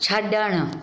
छड॒णु